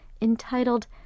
entitled